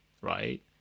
right